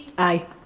i.